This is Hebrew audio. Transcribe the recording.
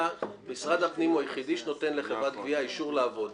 משרד הפנים הוא היחיד שנותן לחברת גבייה אישור לעבוד